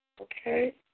Okay